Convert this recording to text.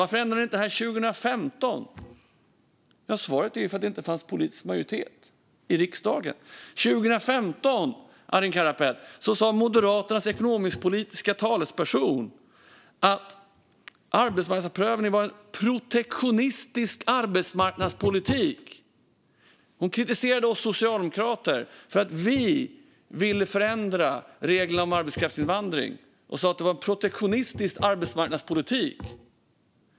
Varför ändrade ni inte det här 2015? Ja, svaret är ju: för att det inte fanns politisk majoritet i riksdagen. År 2015 sa Moderaternas ekonomisk-politiska talesperson att arbetsmarknadsprövningen var en protektionistisk arbetsmarknadspolitik, Arin Karapet. Hon kritiserade oss socialdemokrater för att vi ville förändra reglerna för arbetskraftsinvandring. Hon sa att det var en protektionistisk arbetsmarknadspolitik.